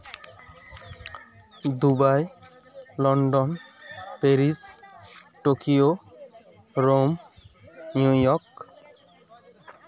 Dubai London Paris Tokyo Rome New York